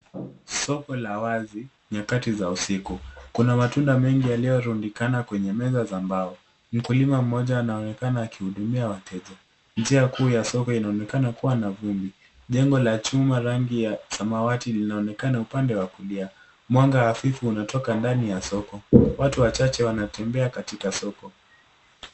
Soko la wazi nyakati za usiku, kuna matunda mengi yaliyorundikana kwenye meza za mbao. Mkulima mmoja anaonekana akihudumia wateja. Njia kuu ya soko inaonekana kuwa na vumbi. Jengo la chuma rangi ya samawati linaonekana upande wa kulia. Mwanga hafifu unatoka ndani ya soko. Watu wachache wanatembea katika soko.